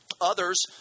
Others